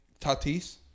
Tatis